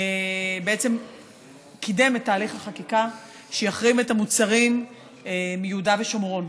בעצם קידם את תהליך החקיקה שיחרים את המוצרים מיהודה ושומרון.